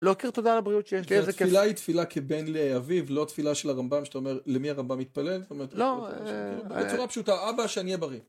להוקיר תודה על הבריאות שיש לי, איזה כיף. התפילה היא תפילה כבן לאביו, לא תפילה של הרמב״ם שאתה אומר למי הרמב״ם מתפלל, זאת אומרת, לא, בצורה פשוטה, אבא, שאני אהיה בריא.